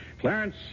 Clarence